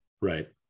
right